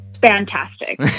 fantastic